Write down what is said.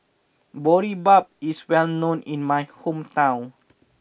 Boribap is well known in my hometown